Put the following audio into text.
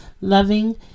loving